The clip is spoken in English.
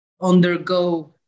undergo